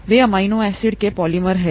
वे amino acid के polymer हैं